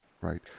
Right